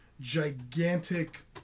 gigantic